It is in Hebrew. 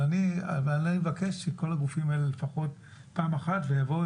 אבל אני מבקש שכל הגופים האלה לפחות פעם אחת יבואו